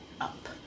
up